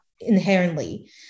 inherently